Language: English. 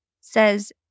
says